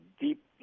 deep